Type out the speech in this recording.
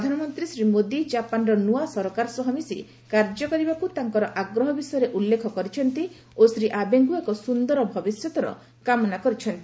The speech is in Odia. ପ୍ରଧାନମନ୍ତ୍ରୀ ଶ୍ରୀ ମୋଦୀ ଜାପାନର ନୂଆ ସରକାର ସହ ମିଶି କାର୍ଯ୍ୟ କରିବାକୁ ତାଙ୍କର ଆଗ୍ରହ ବିଷୟରେ ଉଲ୍ଲେଖ କରିଛନ୍ତି ଓ ଶ୍ରୀ ଆବେଙ୍କୁ ଏକ ସୁନ୍ଦର ଭବିଷ୍ୟତର କାମନା କରିଛନ୍ତି